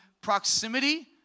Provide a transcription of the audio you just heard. proximity